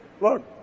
Look